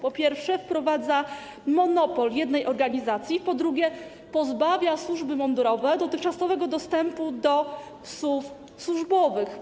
Po pierwsze, wprowadza monopol jednej organizacji, a po drugie, pozbawia służby mundurowe dotychczasowego dostępu do psów służbowych.